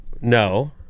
No